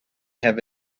have